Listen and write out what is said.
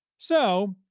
so,